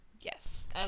yes